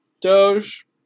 Doge